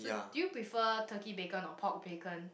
do you prefer Turkey bacon or pork bacon